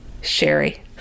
Sherry